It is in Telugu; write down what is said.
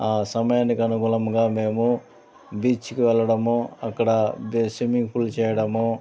సమయానికి అనుగులముగా మేము బీచ్కు వెళ్ళడము అక్కడ స్విమ్మింగ్ పూల్ చేయడము